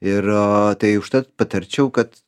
ir tai užtat patarčiau kad